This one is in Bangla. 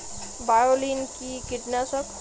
বায়োলিন কি কীটনাশক?